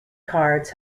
cards